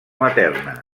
materna